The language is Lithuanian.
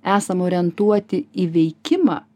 esam orientuoti į veikimą